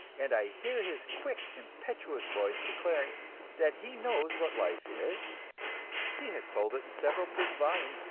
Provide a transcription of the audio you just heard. and i hear his quick, impetuous voice declaring that he knows what life is he has told it in several big volumes,